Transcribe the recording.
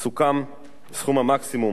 סכום המקסימום